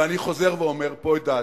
ואני חוזר ואומר פה את דעתי.